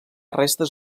restes